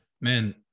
Man